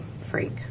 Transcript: freak